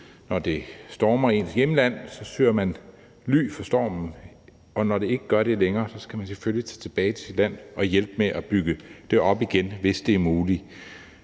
Når det stormer i ens hjemland, søger man ly for stormen, og når det ikke stormer længere, skal man selvfølgelig tage tilbage til sit land og hjælpe med at bygge det op igen, hvis det er muligt.